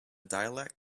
dialect